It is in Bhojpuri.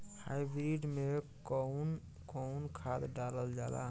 हाईब्रिड में कउन कउन खाद डालल जाला?